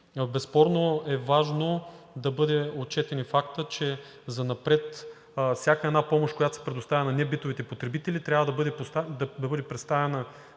Безспорно е важно да бъде отчетен и фактът, че занапред всяка една помощ, която се предоставя на небитовите потребители, трябва да бъде предоставена